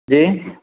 जी